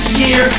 year